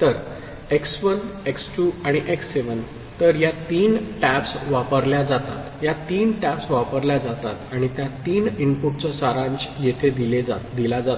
तर x 1 x 2 आणि x 7 तर या तीन टॅप्स वापरल्या जातात या तीन टॅप्स वापरल्या जातात आणि त्या तीन इनपुटचा सारांश येथे दिला जातो